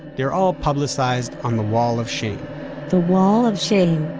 they are all publicized on the wall of shame the wall of shame.